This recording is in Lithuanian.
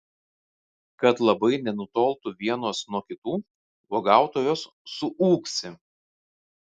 kad labai nenutoltų vienos nuo kitų uogautojos suūksi